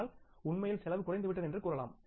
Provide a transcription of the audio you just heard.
ஆனால் உண்மையில் செலவு குறைந்துவிட்டது என்று கூறலாம்